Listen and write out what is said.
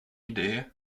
idee